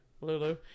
Lulu